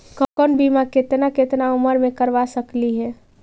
कौन कौन बिमा केतना केतना उम्र मे करबा सकली हे?